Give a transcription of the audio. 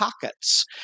pockets